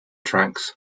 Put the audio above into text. tracks